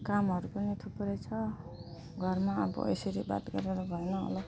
कामहरू पनि थुप्रै छ घरमा अब यसरी बात गरेर भएन होला